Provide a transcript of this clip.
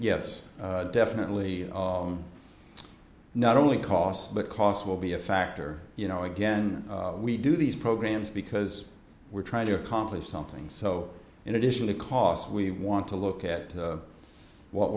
yes definitely not only cost but cost will be a factor you know again we do these programs because we're trying to accomplish something so in addition to costs we want to look at what